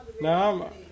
No